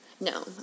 No